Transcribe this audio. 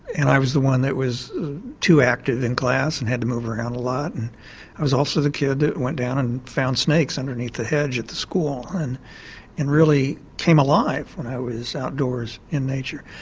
and i was the one that was too active in class and had to move around a lot, and i was also the kid that went down and found snakes underneath the hedge at the school and really came alive when i was outdoors in nature.